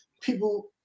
people